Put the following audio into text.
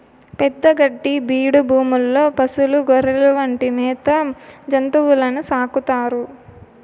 పెద్ద గడ్డి బీడు భూముల్లో పసులు, గొర్రెలు వంటి మేత జంతువులను సాకుతారు